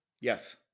yes